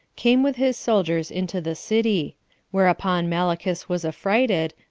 came with his soldiers into the city whereupon malichus was affrighted,